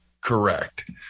correct